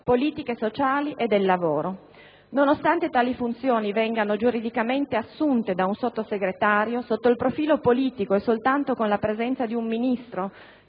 politiche sociali e del lavoro. Nonostante tali funzioni vengano giuridicamente assunte da un Sottosegretario, sotto il profilo politico è soltanto con la presenza di un Ministro